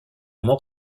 mort